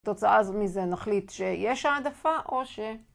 תוצאה מזה נחליט שיש העדפה או ש...